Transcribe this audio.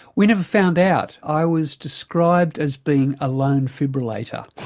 we never found out. i was described as being a lone fibrillator.